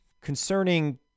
concerning